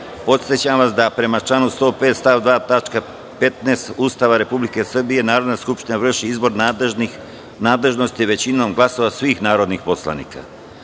podsećam vas da prema članu 105. stav 2. tačka 15 Ustava Republike Srbije, Narodna skupština vrši izbor nadležnosti većinom glasova svih narodnih poslanika. Prelazimo